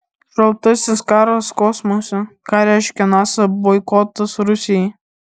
šaltasis karas kosmose ką reiškia nasa boikotas rusijai